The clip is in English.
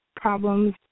problems